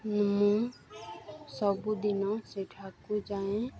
ମୁଁ ସବୁଦିନ ସେଠାକୁ ଯାଏଁ